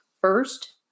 first